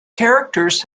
characters